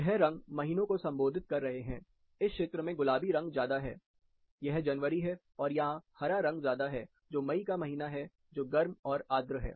यह रंग महीनों को संबोधित कर रहे हैं इस क्षेत्र में गुलाबी रंग ज्यादा है यह जनवरी है और यहां हरा रंग ज्यादा है जो मई का महीना है जो गर्म और आद्र है